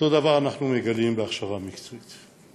אותו דבר אנחנו מגלים בהכשרה מקצועית.